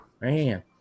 Man